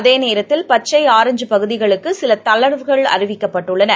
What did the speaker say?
அதேநேரத்தில்ஆரஞ்ச் பச்சைபகுதிகளுக்குசிலதளர்வுகள் அறிவிக்கப்பட்டுள்ளன